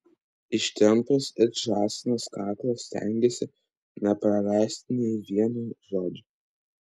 ištempęs it žąsinas kaklą stengėsi nepraleisti nė vieno žodžio